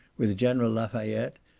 with general lafayette,